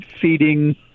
feeding